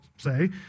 say